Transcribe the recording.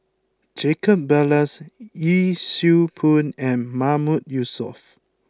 Jacob Ballas Yee Siew Pun and Mahmood Yusof